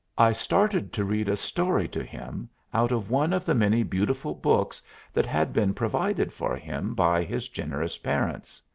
i started to read a story to him out of one of the many beautiful books that had been provided for him by his generous parents.